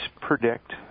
predict